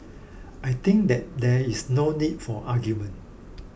I think that there is no need for argument